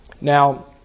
Now